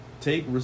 take